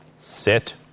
Sit